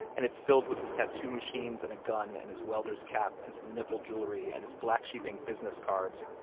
and it's filled with his tattoo machines and a gun and his welder's cap and some nipple jewelry, and his black sheep ink business cards,